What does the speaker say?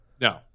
No